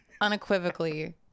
unequivocally